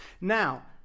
Now